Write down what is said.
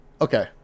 Okay